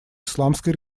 исламской